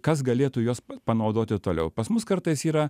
kas galėtų juos panaudoti toliau pas mus kartais yra